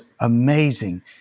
amazing